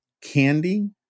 candy